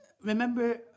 remember